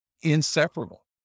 inseparable